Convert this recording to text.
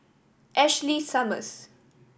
Ashley Summers